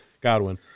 Godwin